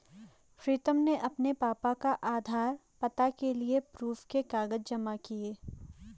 प्रीतम ने अपने पापा का आधार, पता के लिए प्रूफ के कागज जमा किए